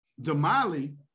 Damali